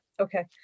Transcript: Okay